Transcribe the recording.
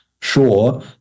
Sure